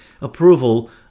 approval